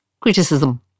criticism